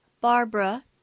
Barbara